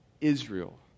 Israel